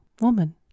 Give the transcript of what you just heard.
woman